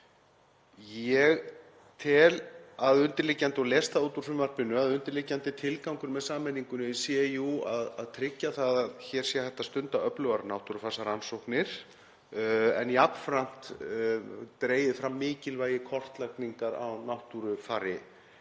Ég tel og les það út úr frumvarpinu að undirliggjandi tilgangur með sameiningunni sé jú að tryggja að hér sé hægt að stunda öflugar náttúrufarsrannsóknir en jafnframt dregið fram mikilvægi kortlagningar á náttúrufari